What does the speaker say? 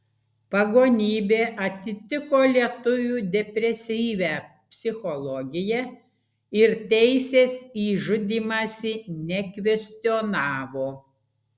pagonybė atitiko lietuvių depresyvią psichologiją ir teisės į žudymąsi nekvestionavo